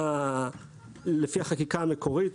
לפי החקיקה המקורית,